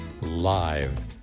live